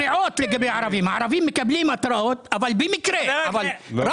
הערבים מקבלים התרעות רק במקרה.